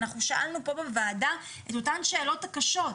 אנחנו שאלנו פה בוועדה את אותן שאלות קשות,